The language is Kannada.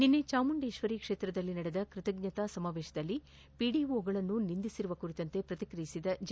ನಿನ್ನೆ ಚಾಮುಂಡೇಶ್ವರಿ ಕ್ಷೇತ್ರದಲ್ಲಿ ನಡೆದ ಕೃತಜ್ಞತಾ ಸಮಾವೇಶದಲ್ಲಿ ಪಿಡಿಓಗಳನ್ನು ನಿಂದಿಸಿರುವ ಕುರಿತಂತೆ ಪ್ರಕ್ರಿಕ್ರಿಯಿಸಿದ ಜಿ